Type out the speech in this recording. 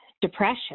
depression